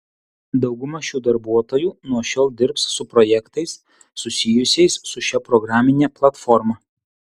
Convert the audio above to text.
dauguma šių darbuotojų nuo šiol dirbs su projektais susijusiais su šia programine platforma